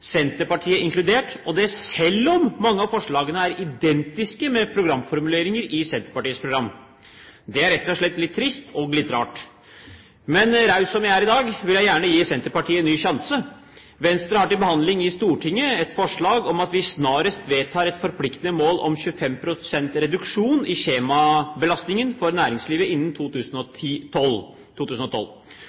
Senterpartiet inkludert, og det selv om mange av forslagene er identiske med programformuleringer i Senterpartiets program. Det er rett og slett litt trist og litt rart. Men raus som jeg er i dag, vil jeg gjerne gi Senterpartiet en ny sjanse. Venstre har til behandling i Stortinget et forslag om at vi snarest vedtar et forpliktende mål om 25 pst. reduksjon i skjemabelastningen for næringslivet innen 2012.